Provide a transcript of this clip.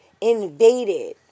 invaded